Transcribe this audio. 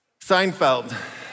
Seinfeld